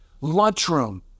lunchroom